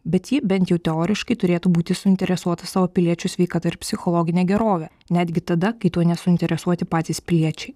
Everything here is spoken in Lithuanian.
bet ji bent jau teoriškai turėtų būti suinteresuota savo piliečių sveikata ir psichologine gerove netgi tada kai tuo nesuinteresuoti patys piliečiai